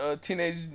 Teenage